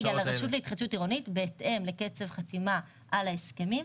לרשות להתחדשות עירונית בהתאם לקצב חתימה על ההסכמים.